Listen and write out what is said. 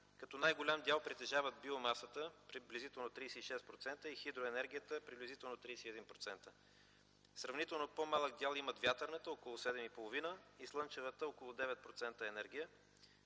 като най-голям дял притежава биомасата, приблизително 36%, и хидроенергията – приблизително 31%. Сравнително по-малък дял имат вятърната енергия – около 7,5%, и слънчевата енергия